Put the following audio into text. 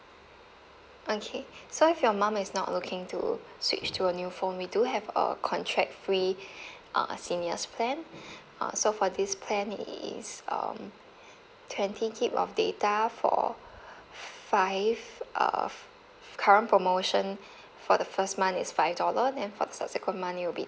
okay so if your mum is not looking to switch to a new phone we do have a contract free uh seniors plan err so for this plan it is um twenty gig of data for five uh current promotion for the first month is five dollar then for subsequent month it will be